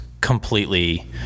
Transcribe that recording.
completely